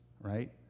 right